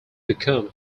become